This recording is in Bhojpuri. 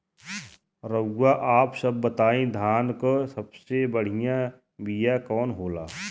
रउआ आप सब बताई धान क सबसे बढ़ियां बिया कवन होला?